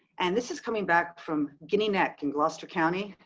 and this is coming back from guinea neck in gloucester county.